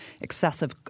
excessive